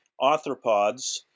arthropods